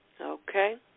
Okay